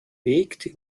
weg